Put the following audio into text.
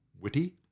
witty